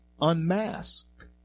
unmasked